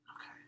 Okay